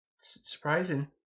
surprising